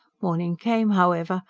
morning came, however,